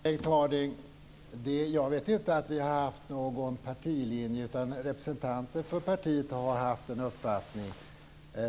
Herr talman! Jag vet inte att vi har haft någon partilinje. Representanter för partiet har haft sina uppfattningar.